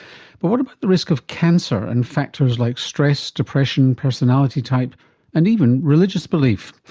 but what about the risk of cancer and factors like stress, depression, personality type and even religious belief?